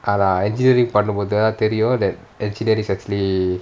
ஆனா:aana engineering பண்ணும்போது தான் தெரியும்:panumpothu thaan teriyum that engineering is actually